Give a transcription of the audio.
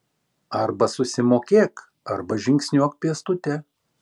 arba susimokėk arba žingsniuok pėstute